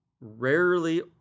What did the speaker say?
rarely